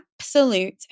absolute